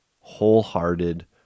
wholehearted